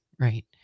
Right